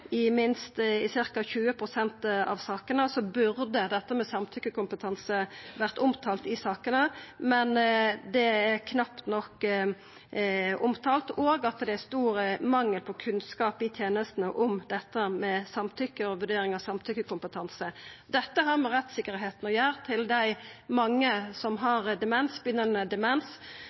i rapporten at i ca. 20 pst. av sakene burde samtykkjekompetanse vore omtalt, noko det knapt er, og at det er stor mangel på kunnskap i tenestene om dette med samtykkje og vurdering av samtykkjekompetanse. Dette har med rettssikkerheita å gjera for dei mange som har begynnande demens.